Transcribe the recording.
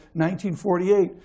1948